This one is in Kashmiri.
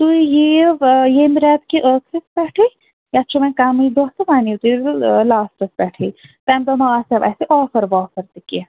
تُہۍ ییٖو ییٚمۍ رٮ۪تہٕ کہِ ٲخرَس پٮ۪ٹھٕے تۄہہِ چھُو وۅنۍ کَمٕے دۄہ تہٕ وۅنۍ یِیِو تُہۍ لاسٹَس پٮ۪ٹھٕے تَمہِ دۄہ ما آسو اَسہِ آفَر وافَر تہِ کیٚنٛہہ